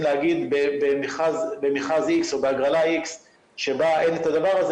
להגיד במכרז X או בהגרלה X שבה אין את הדבר הזה,